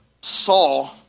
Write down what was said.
Saul